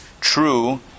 true